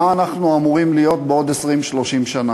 אנחנו אמורים להיות בעוד 20 30 שנה,